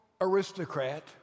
aristocrat